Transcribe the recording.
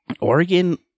Oregon